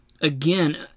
again